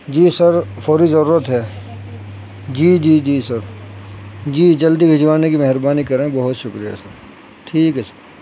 جی sir فوری ضرورت ہے جی جی جی سر جی جلدی بھجوانے کی مہربانی کریں بہت شکریہ سر ٹھیک ہے سر